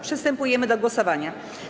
Przystępujemy do głosowania.